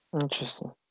Interesting